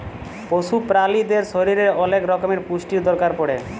পশু প্রালিদের শরীরের ওলেক রক্যমের পুষ্টির দরকার পড়ে